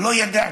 ולא ידעתי.